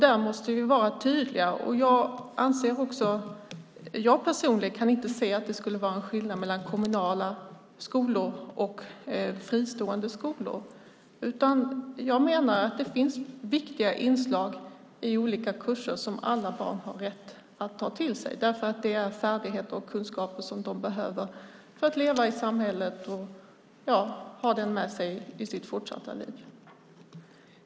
Där måste vi vara tydliga. Jag kan personligen inte se att det skulle vara en skillnad mellan kommunala skolor och fristående skolor, utan jag menar att det finns viktiga inslag i olika kurser som alla barn har rätt att ta till sig därför att det är färdigheter och kunskaper som de behöver för att leva i samhället och ha med sig i sitt fortsatta liv.